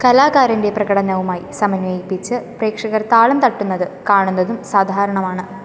കലാകാരൻ്റെ പ്രകടനവുമായി സമന്വയിപ്പിച്ച് പ്രേക്ഷകർ താളം തട്ടുന്നത് കാണുന്നതും സാധാരണമാണ്